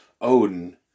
Odin